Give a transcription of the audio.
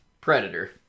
Predator